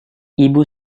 ibu